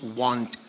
want